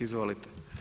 Izvolite.